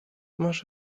masz